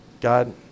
God